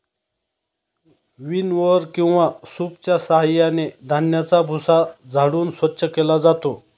विनओवर किंवा सूपच्या साहाय्याने धान्याचा भुसा झाडून स्वच्छ केला जातो